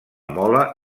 mola